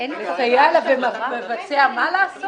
נבדל בצורה משמעותית ממי שביצע את העבירה.